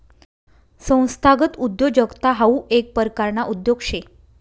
संस्थागत उद्योजकता हाऊ येक परकारना उद्योग शे